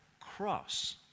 cross